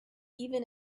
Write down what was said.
even